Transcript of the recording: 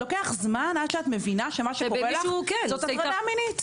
לוקח זמן עד שאת מבינה שמה שקורה לך זה הטרדה מינית.